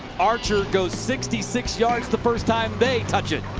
archer goes sixty six yards the first time they touch it.